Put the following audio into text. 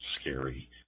scary